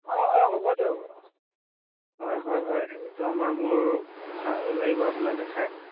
অঁ অঁ হ'ব দিয়ক হয় হয় হয় এইটো আমাৰ মোৰ ভাল লাগিব আপোনাক দেখাই